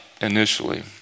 initially